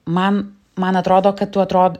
man man atrodo kad tu atrod